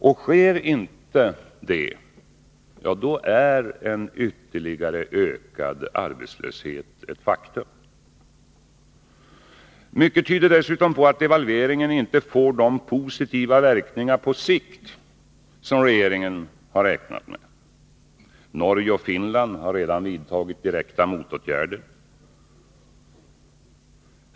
Och sker inte detta är en ytterligare ökad arbetslöshet ett faktum. Mycket tyder dessutom på att devalveringen inte får de positiva verkningar på sikt som regeringen har räknat med. Norge och Finland har redan vidtagit direkta motåtgärder.